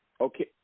Okay